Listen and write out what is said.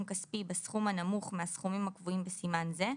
כספי בסכום הנמוך מהסכומים הקבועים בסימן זה,